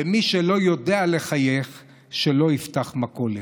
ומי שלא יודע לחייך שלא יפתח מכולת.